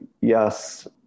yes